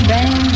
Bang